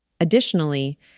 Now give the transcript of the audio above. Additionally